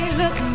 look